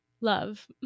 love